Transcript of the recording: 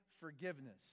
forgiveness